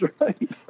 right